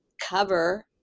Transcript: cover